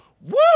woo